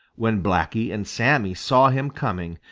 when blacky and sammy saw him coming,